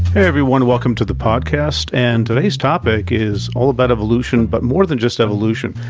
everyone, welcome to the podcast and today's topic is all about evolution, but more than just evolution.